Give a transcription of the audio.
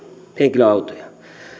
henkilöautoja